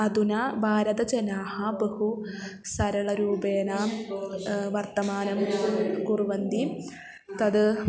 अधुना भारतजनाः बहु सरलरूपेन वर्तमानं कुर्वन्ति तद्